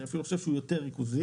אני אפילו חושב שהוא יותר ריכוזי.